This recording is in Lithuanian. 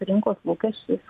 rinkos lūkesčiais